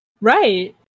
right